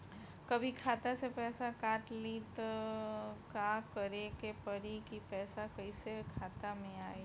कभी खाता से पैसा काट लि त का करे के पड़ी कि पैसा कईसे खाता मे आई?